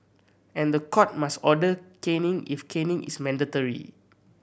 and the court must order caning if caning is mandatory